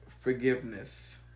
forgiveness